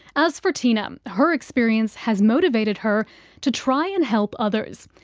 as for tina, her experience has motivated her to try and help others.